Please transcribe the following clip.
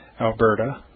Alberta